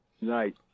Night